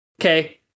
Okay